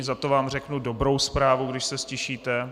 Zato vám řeknu dobrou zprávu když se ztišíte.